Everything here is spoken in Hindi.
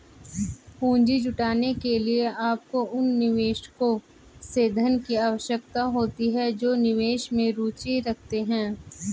पूंजी जुटाने के लिए, आपको उन निवेशकों से धन की आवश्यकता होती है जो निवेश में रुचि रखते हैं